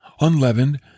unleavened